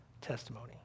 testimony